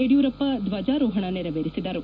ಯಡಿಯೂರಪ್ಪ ಧ್ವಜಾರೋಪಣ ನೆರವೇರಿಸಿದರು